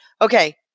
Okay